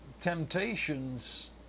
temptations